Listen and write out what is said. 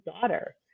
daughter